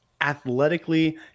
athletically